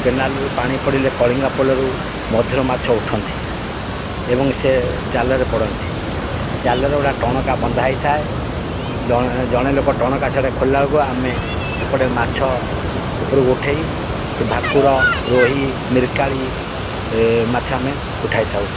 କେନାଲ୍ରୁ ପାଣି ପଡ଼ିଲେ କଳିଙ୍ଗା ପୋଲରୁ ମଧୁର ମାଛ ଉଠନ୍ତି ଏବଂ ସେ ଜାଲରେ ପଡ଼ନ୍ତି ଜାଲରେ ଗୁଡ଼ା ଟଣକା ବନ୍ଧା ହୋଇଥାଏ ଜଣେ ଲୋକ ଟଣକା ସେଟା ଖୋଲିଲା ବେଳକୁ ଆମେ ଏପଟେ ମାଛ ଉପରକୁ ଉଠେଇ ଭାକୁର ରୋହି ମିରକାଳି ମାଛ ଆମେ ଉଠାଇ ଥାଉ